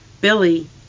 Billy